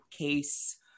case